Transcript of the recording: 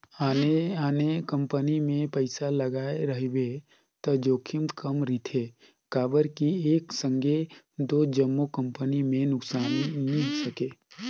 आने आने कंपनी मे पइसा लगाए रहिबे त जोखिम कम रिथे काबर कि एक संघे दो जम्मो कंपनी में नुकसानी नी सके